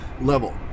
level